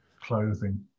clothing